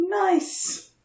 Nice